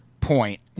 point